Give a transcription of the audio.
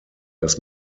dass